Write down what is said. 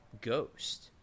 Ghost